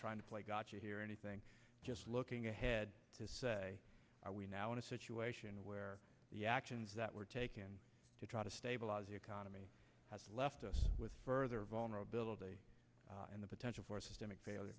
trying to play gotcha here anything just looking ahead to say are we now in a situation where the actions that were taken to try to stabilize the economy has left us with further vulnerability and the potential for systemic failure